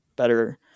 Better